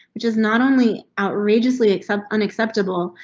just not only outrageously accept unacceptable,